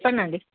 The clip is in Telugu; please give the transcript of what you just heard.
ఏమండి